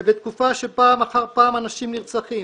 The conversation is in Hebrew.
ובתקופה שפעם אחר פעם אנשים נרצחים